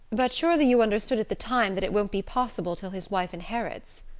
but surely you understood at the time that it won't be possible till his wife inherits?